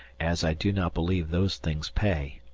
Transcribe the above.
as i do not believe those things pay.